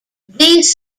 these